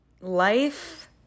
Life